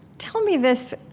tell me this